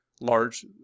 large